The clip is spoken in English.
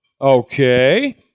Okay